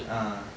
ah